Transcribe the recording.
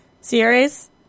series